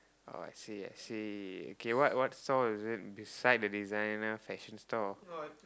oh i see i see okay what what store is it beside the designer fashion store